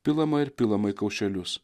pilama ir pilama į kaušelius